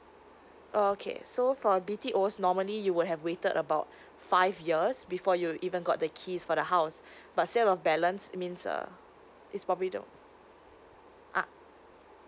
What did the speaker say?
oh okay so for B_T_O normally you would have waited about five years before you even got the keys for the house but sales of balanced means uh it's probably the~ ah